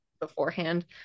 beforehand